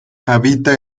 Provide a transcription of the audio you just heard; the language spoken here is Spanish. habita